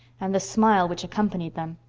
and the smile which accompanied them!